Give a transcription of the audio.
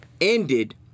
ended